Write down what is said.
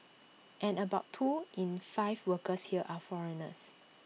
and about two in five workers here are foreigners